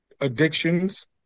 Addictions